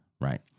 right